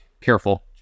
Careful